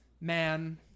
man